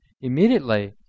immediately